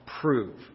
prove